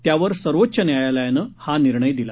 त्यावर सर्वोच्च न्यायालयानं हा निर्णय दिला